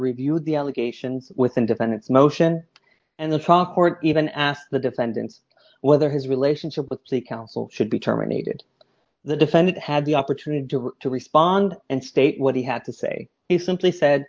reviewed the allegations with independent motion and the talk or even ask the defendants whether his relationship with the council should be terminated the defendant had the opportunity to respond and state what he had to say he simply said